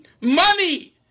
money